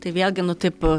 tai vėlgi nu taip